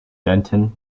denton